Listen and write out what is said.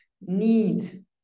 need